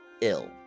ill